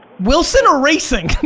wilson or racing?